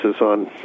on